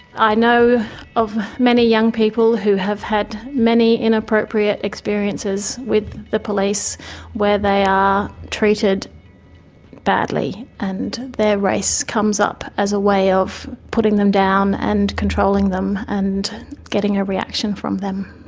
i know of many young people who have had many inappropriate experiences with the police where they are treated badly and their race comes up as a way of putting them down and controlling them and getting a reaction from them.